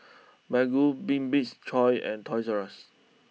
Baggu Bibik's choice and Toys Rus